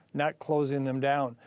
not closing them down.